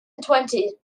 twenty